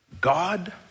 God